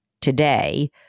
today